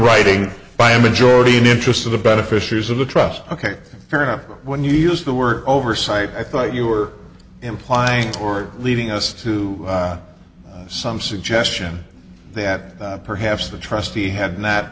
writing by a majority in interest of the beneficiaries of the trust ok fair enough when you use the word oversight i thought you were implying or leading us to some suggestion that perhaps the trustee had